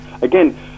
Again